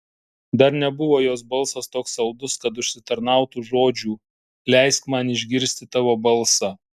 dar nebuvo jos balsas toks saldus kad užsitarnautų žodžių leisk man išgirsti tavo balsą